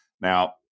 Now